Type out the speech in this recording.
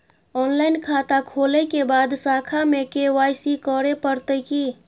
Online खाता खोलै के बाद शाखा में के.वाई.सी करे परतै की?